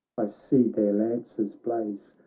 i see their lances blaze,